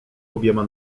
obiema